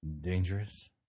dangerous